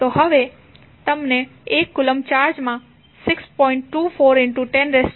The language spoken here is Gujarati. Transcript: તો હવે તમને 1 કુલંબ ચાર્જમાં 6